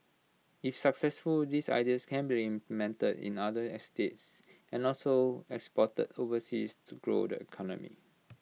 if successful these ideas can be implemented in other estates and also exported overseas to grow the economy